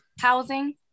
housing